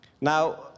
Now